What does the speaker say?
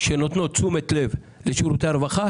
שנותנות תשומת לב לשירותי הרווחה.